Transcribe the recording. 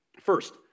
First